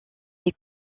les